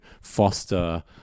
foster